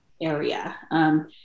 area